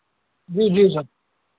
जी जी सर